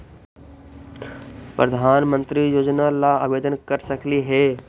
प्रधानमंत्री योजना ला आवेदन कर सकली हे?